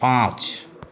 पाँच